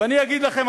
ואני אגיד לכם,